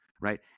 right